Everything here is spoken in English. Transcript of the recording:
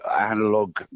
analog